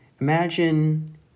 imagine